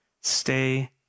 stay